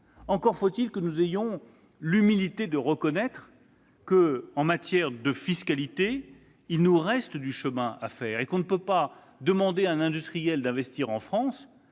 Encore faut-il aussi que nous ayons l'humilité de reconnaître que, en matière de fiscalité, il nous reste du chemin à faire. On ne peut pas demander à un industriel d'investir en France